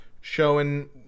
showing